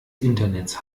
internets